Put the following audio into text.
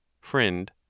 Friend